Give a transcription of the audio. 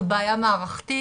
זו בעיה מערכתית,